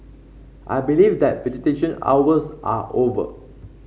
I believe that visitation hours are over